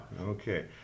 Okay